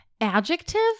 Adjective